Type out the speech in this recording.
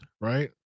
right